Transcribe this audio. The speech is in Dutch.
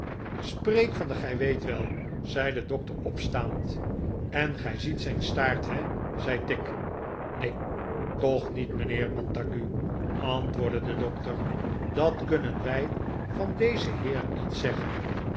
spreek van den gij weet wel zei de dokter opstaand en gij ziet zijn staart he zei tigg neen toch niet mijnheer montague antwoordde de dokter dat kunnen wij van dezen heer niet zeggen